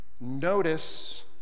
notice